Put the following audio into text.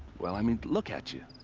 well i mean, look at you!